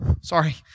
sorry